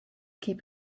keep